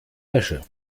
wäsche